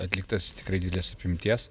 atliktas tikrai didelės apimties